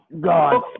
god